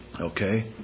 Okay